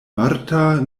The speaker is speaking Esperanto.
marta